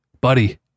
buddy